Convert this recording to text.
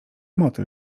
motyl